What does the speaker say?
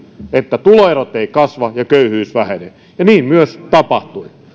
että tuloerot eivät kasva ja köyhyys vähenee niin myös tapahtui